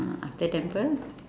ah after temple